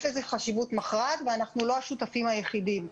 יש לזה חשיבות מכרעת ואנחנו לא השותפים היחידים.